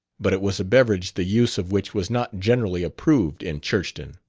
but it was a beverage the use of which was not generally approved in churchton.